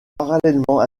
parallèlement